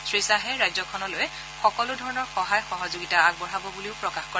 শ্ৰীখাহে ৰাজ্যখনলৈ সকলোধৰণৰ সহায় সহযোগিতা আগবঢ়াব বুলিও প্ৰকাশ কৰে